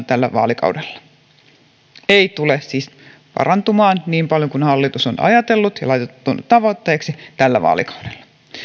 tällä vaalikaudella ei tule siis parantumaan niin paljon kuin hallitus on ajatellut ja laittanut tavoitteeksi tällä vaalikaudella